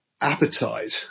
appetite